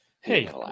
hey